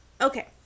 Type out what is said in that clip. Okay